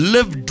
Live